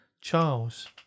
Charles